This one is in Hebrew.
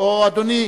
אדוני